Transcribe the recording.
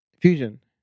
Fusion